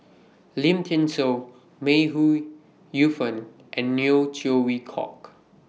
Lim Thean Soo May Ooi Yu Fen and Neo Chwee Kok